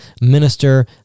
minister